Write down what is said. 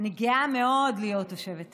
אני גאה מאוד להיות תושבת העיר.